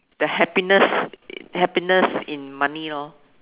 the happiness happiness in money lor